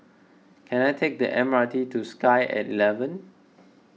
can I take the M R T to Sky eleven